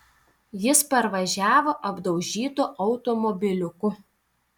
jis parvažiavo apdaužytu automobiliuku